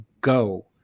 go